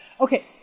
Okay